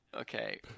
okay